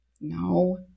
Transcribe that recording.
No